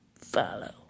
Follow